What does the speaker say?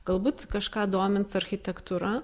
galbūt kažką domins architektūra